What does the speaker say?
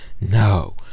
No